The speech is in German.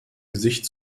gesicht